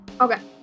Okay